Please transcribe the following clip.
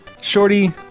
Shorty